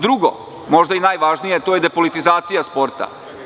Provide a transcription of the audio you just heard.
Drugo, možda i najvažnije, a to je da je depolitizacija sporta.